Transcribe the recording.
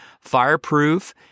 Fireproof